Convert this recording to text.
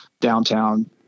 downtown